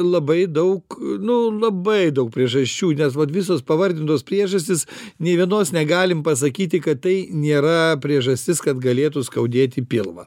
labai daug nu labai daug priežasčių nes vat visos pavardintos priežastys nė vienos negalim pasakyti kad tai nėra priežastis kad galėtų skaudėti pilvą